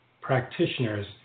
practitioners